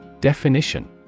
Definition